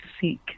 seek